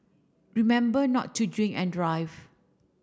remember not to drink and drive